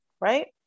right